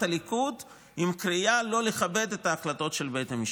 הליכוד עם קריאה לא לכבד את ההחלטות של בית המשפט?